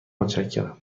متشکرم